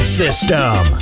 system